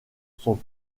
sont